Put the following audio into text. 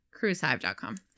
cruisehive.com